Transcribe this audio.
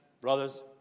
Brothers